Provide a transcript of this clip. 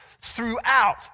throughout